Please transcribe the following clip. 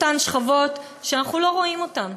אותן שכבות שאנחנו לא רואים אותן.